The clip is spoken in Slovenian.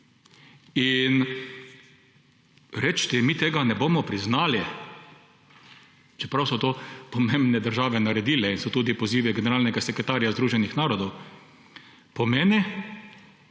In reči, mi tega ne bomo priznali, čeprav so to pomembne države naredile in so tudi pozivi generalnega sekretarja Združenih narodov, kaj